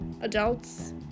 adults